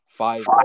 Five